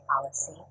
policy